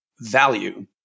Value